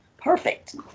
perfect